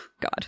God